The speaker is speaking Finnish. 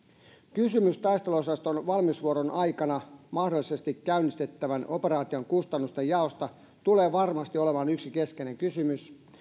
kysymys taisteluosaston valmiusvuoron aikana mahdollisesti käynnistettävän operaation kustannusten jaosta tulee varmasti olemaan yksi keskeinen kysymys